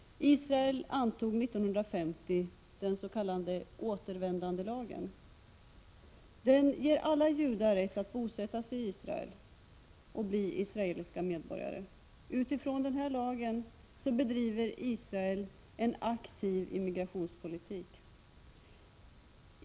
Israel antog 1950 den s.k. återvändandelagen. Den ger alla judar rätt att bosätta sig i Israel och bli israeliska medborgare. På basis av denna lag bedriver Israel en aktiv immigrationspolitik.